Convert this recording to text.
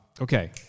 Okay